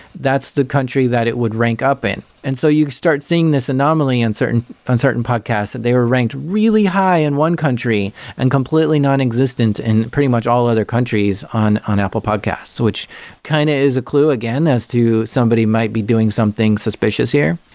that's the country that it would rank up in. and so you start seeing this anomaly and on certain podcasts that and they are ranked really high in one country and completely nonexistent in pretty much all other countries on on apple podcasts, which kind ah is a clue again as to somebody might be doing something suspicious here.